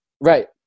right